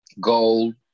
gold